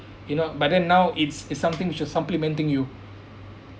you know but then now it's it's something which is supplementing you